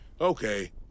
okay